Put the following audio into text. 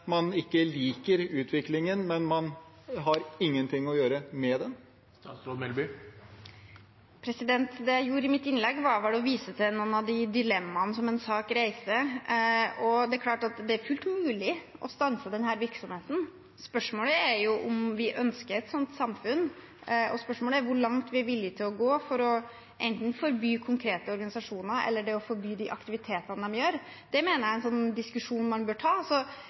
man ikke liker utviklingen, men man har ingenting å gjøre med den? Det jeg gjorde i mitt innlegg, var vel å vise til noen av de dilemmaene en sak reiser. Det er klart at det er fullt mulig å stanse denne virksomheten. Spørsmålet er jo om vi ønsker et sånt samfunn, og hvor langt vi er villige til å gå for enten å forby konkrete organisasjoner eller å forby de aktivitetene de gjør. Det mener jeg er en diskusjon man bør ta. Vi kan for så